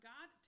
God